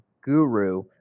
guru